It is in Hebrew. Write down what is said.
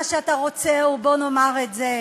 מה שאתה רוצה הוא, בוא נאמר את זה,